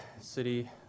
City